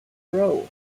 row